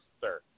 sir